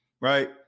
right